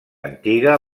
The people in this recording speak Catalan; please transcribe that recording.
antiga